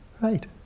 Right